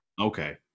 Okay